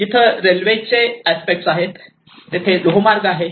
जिथे रेल्वेचे अस्पेक्ट आहे तेथे लोहमार्ग आहे